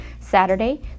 Saturday